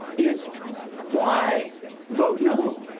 is why vote, no?